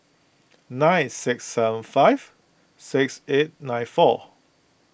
nine six seven five six eight nine four